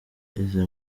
izi